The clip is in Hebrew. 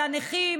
על הנכים,